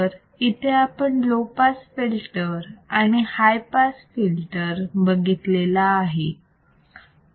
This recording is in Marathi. तर इथे आपण लो पास फिल्टर आणि हाय पास फिल्टर बघितलेला आहे